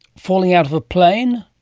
falling out of a plane?